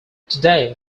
today